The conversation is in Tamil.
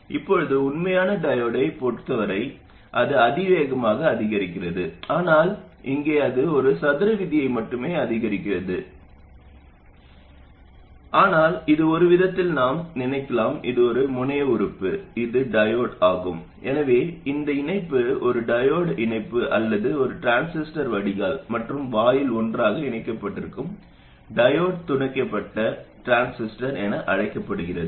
இப்போது உண்மையான டையோடைப் பொறுத்தவரை அது அதிவேகமாக அதிகரிக்கிறது ஆனால் இங்கே அது ஒரு சதுர விதியை மட்டுமே அதிகரிக்கிறது ஆனால் இது ஒருவிதத்தில் நாம் நினைக்கலாம் இது இரு முனைய உறுப்பு இது டையோடு ஆகும் எனவே இந்த இணைப்பு ஒரு டையோடு இணைப்பு அல்லது இந்த டிரான்சிஸ்டர் வடிகால் மற்றும் வாயில் ஒன்றாக இணைக்கப்பட்டிருக்கும் டையோடு இணைக்கப்பட்ட டிரான்சிஸ்டர் என அழைக்கப்படுகிறது